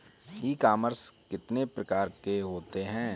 ई commerce कितने प्रकार के होते हैं?